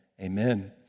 Amen